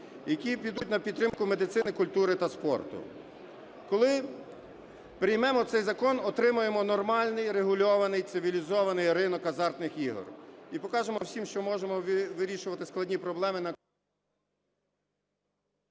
які підуть на підтримку медицини, культури та спорту. Коли приймемо цей закон, отримаємо нормальний, регульований, цивілізований ринок азартних ігор і покажемо всім, що можемо вирішувати складні проблеми на...